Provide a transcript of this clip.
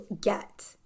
get